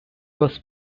was